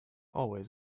always